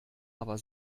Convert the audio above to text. aber